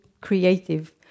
creative